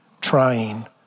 trying